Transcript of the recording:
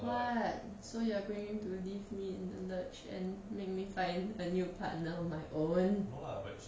what so you're going to leave in the lurch and make me find a new partner on my own